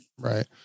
Right